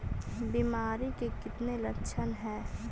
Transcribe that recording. बीमारी के कितने लक्षण हैं?